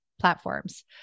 platforms